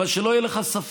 אבל שלא יהיה לך ספק,